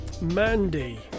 Mandy